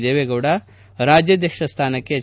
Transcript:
ದೇವೇಗೌಡ ರಾಜ್ಯಾಧ್ಯಕ್ಷ ಸ್ಟಾನಕ್ಕೆ ಎಚ್